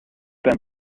been